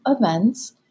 events